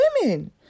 women